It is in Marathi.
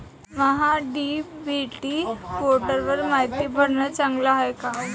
महा डी.बी.टी पोर्टलवर मायती भरनं चांगलं हाये का?